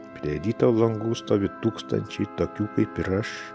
prie ryto langų stovi tūkstančiai tokių kaip ir aš